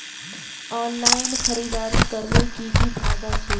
Online खरीदारी करले की की फायदा छे?